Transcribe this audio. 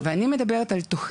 אז אני מדברת על תוכנית